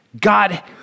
God